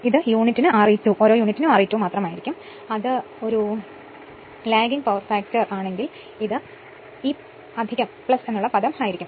ഇത് യൂണിറ്റിന് R e 2 മാത്രമായിരിക്കും അല്ലെങ്കിൽ ഇത് ഒരു ലാഗിംഗ് പവർ ഫാക്ടർ ആണെങ്കിൽ ഇത് ഈ പദം ആയിരിക്കും